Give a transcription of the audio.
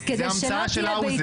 זה המצאה של האוזר.